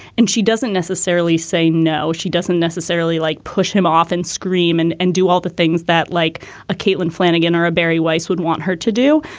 and she doesn't necessarily say no, she doesn't necessarily like push him off and scream and and do all the things that like ah caitlin flanagan or a barry weiss would want her to do.